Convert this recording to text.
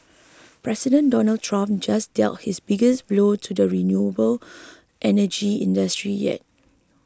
President Donald Trump just dealt his biggest blow to the renewable energy industry yet